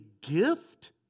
gift